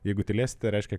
jeigu tylėsit tai reiškia